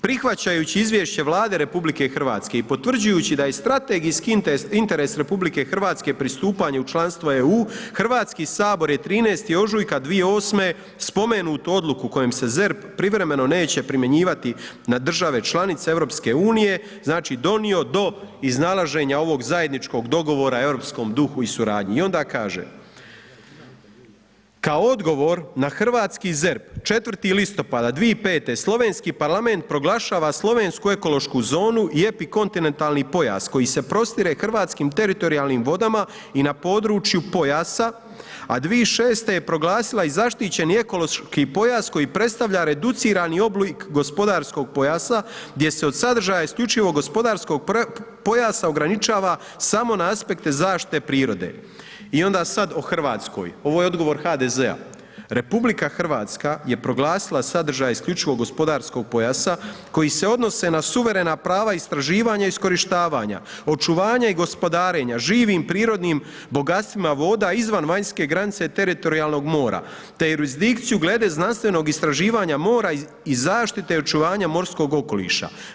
Prihvaćajući izvješće Vlade RH i potvrđujući da je strategijski interes RH pristupanje u članstvo EU, HS je 13. ožujka 2008. spomenutu odluku kojom se ZERP privremeno neće primjenjivati na države članice EU, znači donio do iznalaženja ovog zajedničkog dogovora europskom duhu i suradnji“ i onda kaže „Kao odgovor na hrvatski ZERP 4. listopada 2005. slovenski parlament proglašava slovensku ekološku zonu i epikontinentalni pojas koji se prostire hrvatskim teritorijalnim vodama i na području pojasa, a 2006. je proglasila i zaštićeni ekološki pojas koji predstavlja reducirani oblik gospodarskog pojasa gdje se od sadržaja isključivo gospodarskog pojasa ograničava samo na aspekte zaštite prirode“ i onda sad o RH, ovo je odgovor HDZ-a „RH je proglasila sadržaj isključivog gospodarskog pojasa koji se odnose na suverena prava istraživanja i iskorištavanja, očuvanja i gospodarenja, živim prirodnim bogatstvima voda izvan vanjske granice teritorijalnog mora, te jurisdikciju glede znanstvenog istraživanja mora i zaštite očuvanja morskog okoliša.